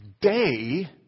day